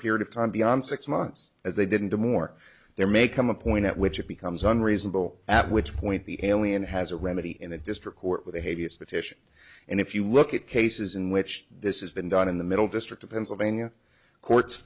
period of time beyond six months as they didn't do more there may come a point at which it becomes unreasonable at which point the alien has a remedy in the district court with a hideous petition and if you look at cases in which this is been done in the middle district of pennsylvania courts